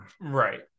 Right